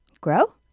Grow